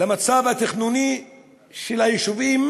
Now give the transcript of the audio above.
למצב התכנוני של היישובים